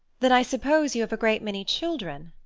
then i suppose you have a great many children?